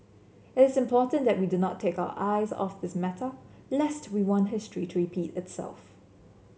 it's important that we do not take our eyes off this matter lest we want history to repeat itself